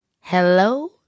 Hello